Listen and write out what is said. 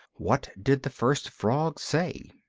what did the first frog say?